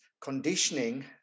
conditioning